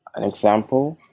an example?